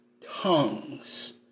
tongues